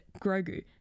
Grogu